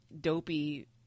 dopey